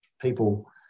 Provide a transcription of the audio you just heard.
people